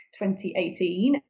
2018